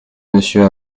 monsieur